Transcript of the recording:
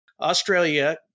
Australia